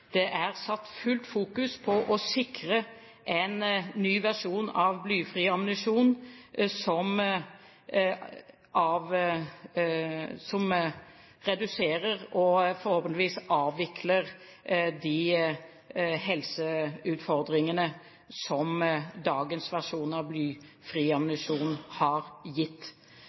det er satt fullt fokus på å sikre en ny versjon av blyfri ammunisjon, som reduserer og forhåpentligvis avvikler de helseutfordringene som dagens versjon av blyfri ammunisjon har gitt.